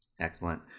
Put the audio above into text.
Excellent